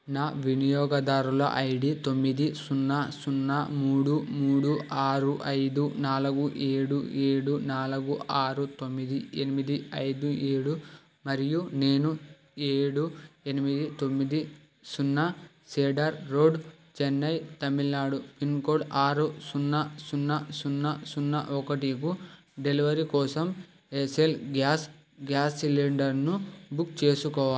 నా వినియోగదారుల ఐడి తొమ్మిది సున్నా సున్నా మూడు మూడు ఆరు ఐదు నాలుగు ఏడు ఏడు నాలుగు ఆరు తొమ్మిది ఎనిమిది ఐదు ఏడు మరియు నేను ఏడు ఎనిమిది తొమ్మిది సున్నాసెడార్ రోడ్ చెన్నై తమిళనాడు పిన్కోడ్ ఆరు సున్నా సున్నా సున్నా సున్నా ఒకటికి డెలివరీ కోసం ఎస్సెల్ గ్యాస్ గ్యాస్ సిలిండర్ను బుక్ చేసుకోవాలి